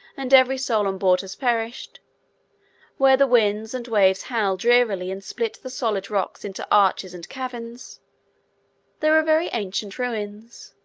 and every soul on board has perished where the winds and waves howl drearily and split the solid rocks into arches and caverns there are very ancient ruins,